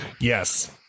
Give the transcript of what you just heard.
Yes